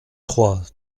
trois